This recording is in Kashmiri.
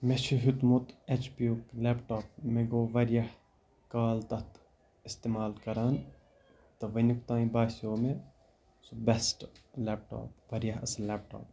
مےٚ چھُ ہیوٚتمُت ایچ پی یُک لیپٹاپ مےٚ گوٚو واریاہ کال تَتھ استعمال کَران تہٕ وٕنیُٚک تانۍ باسیو مےٚ سُہ بیسٹ لیپٹاپ واریاہ اَصٕل لیپٹاپ